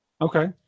Okay